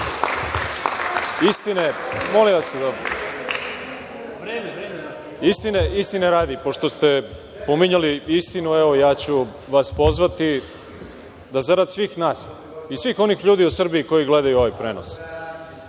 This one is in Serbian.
Izvolite. **Goran Ćirić** Istine radi, pošto ste pominjali istinu, ja ću vas pozvati da zarad svih nas i svih onih ljudi u Srbiji koji gledaju ovaj prenos